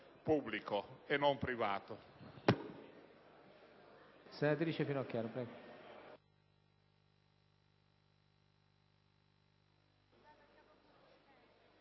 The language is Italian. pubblico e non privato.